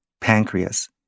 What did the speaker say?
pancreas